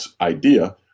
idea